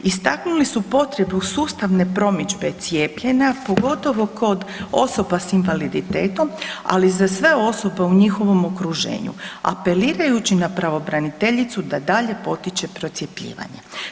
Istaknuli su potrebu sustavne promidžbe cijepljenja pogotovo kod osoba s invaliditetom, ali i za sve osobe u njihovom okruženju apelirajući na pravobraniteljicu da dalje potiče procjepljivanje.